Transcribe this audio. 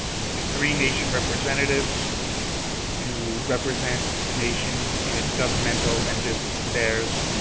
up to three nation representatives to represent the nation in its governmental and business affairs.